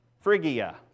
Phrygia